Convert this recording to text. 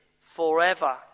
forever